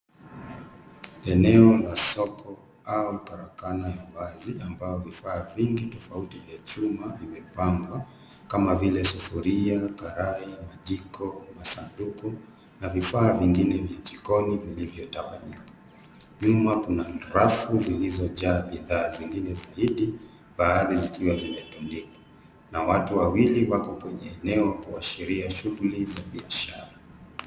Eneo la soko au karakana ya wazi ambao vifaa vingi tofauti vya chuma vimepangwa, kama vile sufuria, karai, majiko, masanduku na vifaa vingine vya jikoni vilivyotawanyika. Nyuma kuna rafu zilizojaa bidhaa zingine zaidi, baadhi zikiwa zimetundikwa, na watu wawili wako kwenye eneo kuashiria shughuli za biashara.